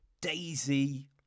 Daisy